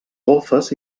golfes